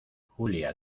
julia